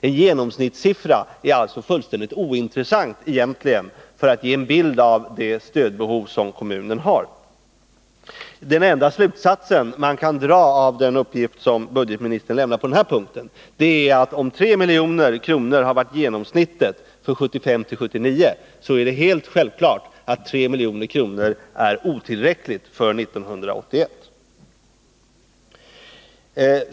En genomsnittssiffra är alltså egentligen fullständigt ointressant när det gäller att ge en bild av det stödbehov som kommunen har. Den enda slutsats man kan dra av den uppgift som budgetministern lämnar på den här punkten är att om 3 milj.kr. har varit genomsnittet för 1975-1979, så är det helt självklart att 3 milj.kr. är otillräckligt för 1981.